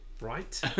Right